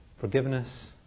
forgiveness